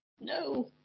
no